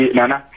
Nana